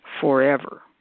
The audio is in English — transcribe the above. forever